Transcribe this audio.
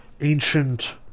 ancient